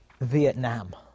Vietnam